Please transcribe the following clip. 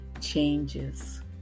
changes